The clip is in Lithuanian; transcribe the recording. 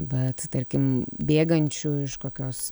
bet tarkim bėgančių iš kokios